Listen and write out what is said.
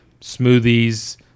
smoothies